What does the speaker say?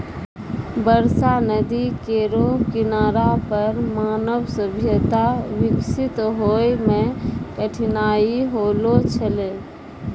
बरसा नदी केरो किनारा पर मानव सभ्यता बिकसित होय म कठिनाई होलो छलै